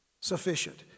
sufficient